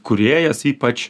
kūrėjas ypač